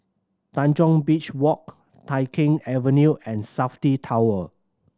Tanjong Beach Walk Tai Keng Avenue and Safti Tower